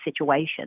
situation